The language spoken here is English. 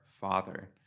Father